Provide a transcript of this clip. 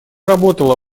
работала